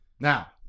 Now